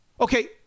okay